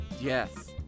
Yes